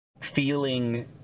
feeling